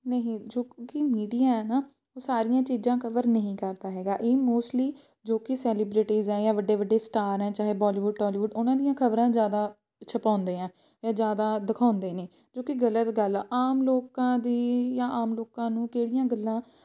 ਨਹੀਂ ਜੋ ਕਿ ਮੀਡੀਆ ਹੈ ਨਾ ਉਹ ਸਾਰੀਆਂ ਚੀਜ਼ਾਂ ਕਵਰ ਨਹੀਂ ਕਰਦਾ ਹੈਗਾ ਇਹ ਮੋਸਟਲੀ ਜੋ ਕਿ ਸੈਲੀਬ੍ਰਿਟੀਜ਼ ਹੈ ਜਾਂ ਵੱਡੇ ਵੱਡੇ ਸਟਾਰ ਹੈ ਚਾਹੇ ਬੋਲੀਵੁੱਡ ਟੋਲੀਵੁੱਡ ਉਹਨਾਂ ਦੀਆਂ ਖਬਰਾਂ ਜ਼ਿਆਦਾ ਛਪਾਉਂਦੇ ਆ ਜਾਂ ਜ਼ਿਆਦਾ ਦਿਖਾਉਂਦੇ ਨੇ ਜੋ ਕਿ ਗਲਤ ਗੱਲ ਹੈ ਆਮ ਲੋਕਾਂ ਦੀ ਜਾਂ ਲੋਕਾਂ ਨੂੰ ਕਿਹੜੀਆਂ ਗੱਲਾਂ